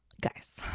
Guys